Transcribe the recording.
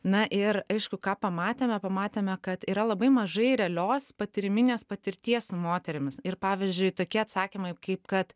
na ir aišku ką pamatėme pamatėme kad yra labai mažai realios patyriminės patirties su moterimis ir pavyzdžiui tokie atsakymai kaip kad